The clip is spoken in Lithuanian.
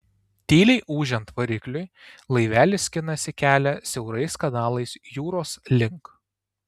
tyliai ūžiant varikliui laivelis skinasi kelią siaurais kanalais jūros link